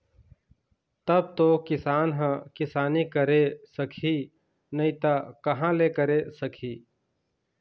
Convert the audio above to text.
तब तो किसान ह किसानी करे सकही नइ त कहाँ ले करे सकही